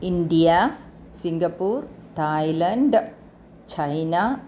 India Singapore Thailand China